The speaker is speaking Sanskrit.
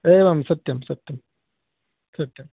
एवं सत्यं सत्यं सत्यं